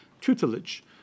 tutelage